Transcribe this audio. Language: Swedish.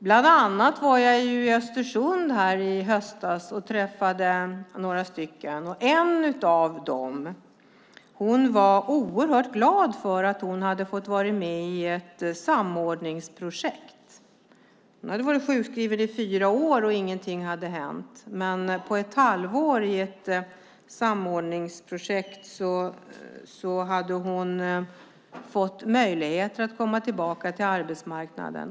Bland annat var jag i Östersund i höstas och träffade några stycken. En kvinna var oerhört glad över att hon fått vara med i ett samordningsprojekt. Hon hade varit sjukskriven i fyra år utan att något hänt. Men efter ett halvår i ett samordningsprojekt hade hon fått möjlighet att komma tillbaka till arbetsmarknaden.